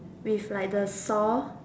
with like the sore